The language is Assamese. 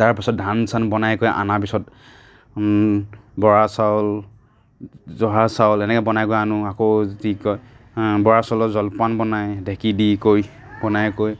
তাৰপিছত ধান চান বনাই কৰি আনাৰ পিছত বৰা চাউল জহা চাউল এনেকে বনাই কৰি আনোঁ আকৌ কি কয় বৰা চাউলৰ জলপান বনাই ঢেঁকী দি কৰি বনাই কৰি